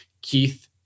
Keith